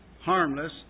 harmless